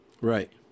Right